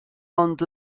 ond